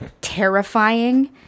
terrifying